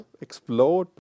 explode